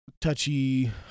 touchy